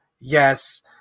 yes